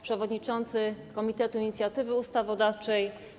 Przewodniczący Komitetu Inicjatywy Ustawodawczej!